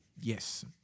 Yes